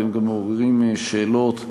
והם גם מעוררים שאלות,